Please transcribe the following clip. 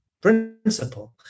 principle